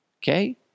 Okay